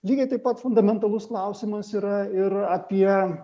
lygiai taip pat fundamentalus klausimas yra ir apie